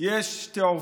יש שתי עובדות: